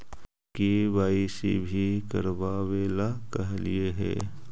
KYC भी करवावेला कहलिये हे?